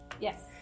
Yes